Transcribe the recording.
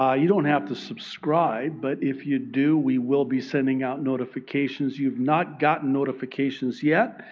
ah you don't have to subscribe, but if you do, we will be sending out notifications. you've not gotten notifications yet.